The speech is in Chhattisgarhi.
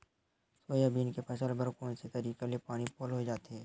सोयाबीन के फसल बर कोन से तरीका ले पानी पलोय जाथे?